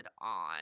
on